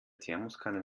thermoskanne